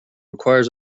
requires